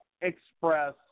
express